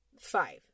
five